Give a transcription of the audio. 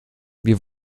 mir